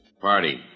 Party